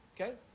Okay